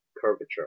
curvature